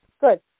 Good